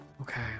Okay